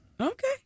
Okay